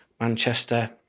Manchester